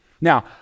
Now